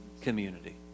community